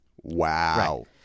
Wow